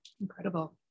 Incredible